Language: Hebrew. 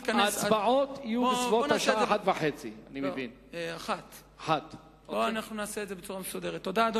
ההצבעות יהיו בסביבות השעה 13:00. לפני כן.